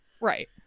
Right